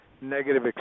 negative